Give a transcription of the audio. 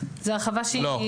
זאת הרחבה --- לא.